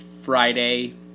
Friday